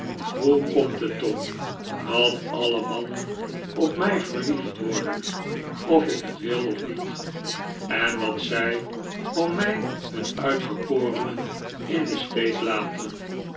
hoe komt het toch dat alle mannen op mij verliefd worden of ik het wil of niet en dat zij om mij hun uitverkorenen in den steek laten